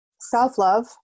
self-love